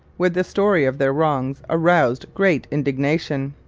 where the story of their wrongs aroused great indignation.